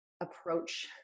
approach